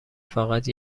فقط